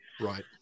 Right